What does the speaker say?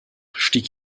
stieg